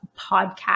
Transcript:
podcast